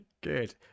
Good